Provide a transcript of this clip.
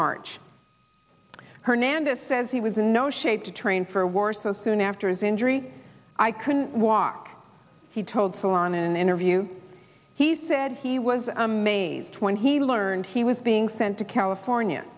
march hernandez says he was in no shape to train for a war so soon after his injury i couldn't walk he told salon in an interview he said he was amazed when he learned he was being sent to california